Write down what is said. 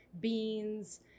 beans